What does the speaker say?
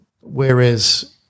Whereas